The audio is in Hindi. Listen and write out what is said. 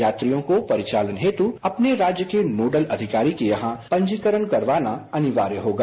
यात्रियों को परिचालन हेतु अपने राज्य के नोडल अधिकारी के यहां पंजीकरण करवाना अनिवार्य होगा